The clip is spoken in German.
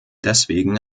deswegen